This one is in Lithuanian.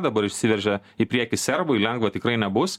dabar išsiveržia į priekį serbai lengva tikrai nebus